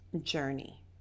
journey